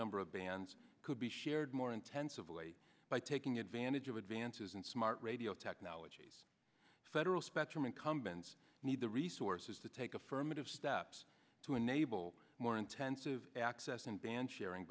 number of bands could be shared more intensively by taking advantage of advances in smart radio technologies federal spectrum incumbents need the resources to take affirmative steps to an nabl more intensive access and ban sharing